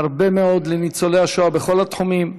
הרבה מאוד לניצולי השואה בכל התחומים,